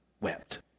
wept